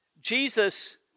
Jesus